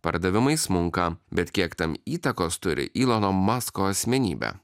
pardavimai smunka bet kiek tam įtakos turi ylano masko asmenybė